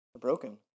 broken